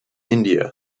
india